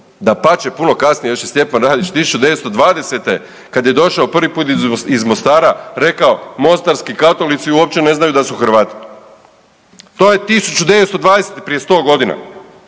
dapače puno kasnije. Još je Stjepan Radić 1920. kad je došao prvi put iz Mostara rekao mostarski katolici uopće ne znaju da su Hrvati. To je 1920. prije 100 godina.